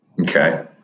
Okay